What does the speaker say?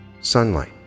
sunlight